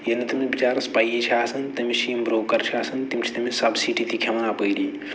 ییٚلہِ نہٕ تٔمِس بِچارَس پَیی چھِ آسان تٔمِس چھِ یِم برٛوکَر چھِ آسان تِم چھِ تٔمِس سَبسِٹی تہِ کھٮ۪وان اَپٲری